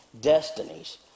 destinies